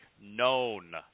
known